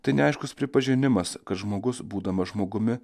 tai neaiškus pripažinimas kad žmogus būdamas žmogumi